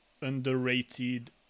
underrated